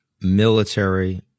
military